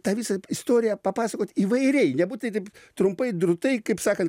tą visą istoriją papasakot įvairiai nebūtinai taip trumpai drūtai kaip sakant